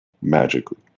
Magically